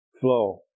flow